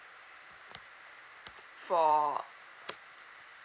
for